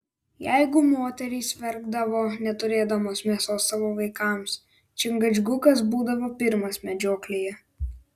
jeigu moterys verkdavo neturėdamos mėsos savo vaikams čingačgukas būdavo pirmas medžioklėje